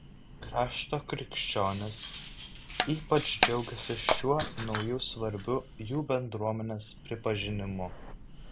krašto krikščionys ypač džiaugiasi šiuo nauju svarbiu jų bendruomenės pripažinimu